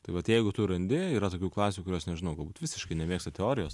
tai vat jeigu tu randi yra tokių klasių kurios nežinau galbūt visiškai nemėgsta teorijos